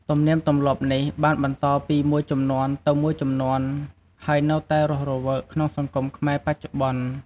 ទំនៀមទម្លាប់នេះបានបន្តពីមួយជំនាន់ទៅមួយជំនាន់ ហើយនៅតែរស់រវើកក្នុងសង្គមខ្មែរបច្ចុប្បន្ន។